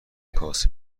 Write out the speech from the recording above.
کاسه